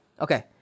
okay